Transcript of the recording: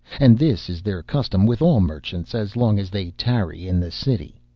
and this is their custom with all merchants as long as they tarry in the city.